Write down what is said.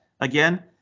again